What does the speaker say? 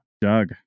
Doug